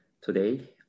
Today